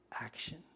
action